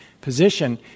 position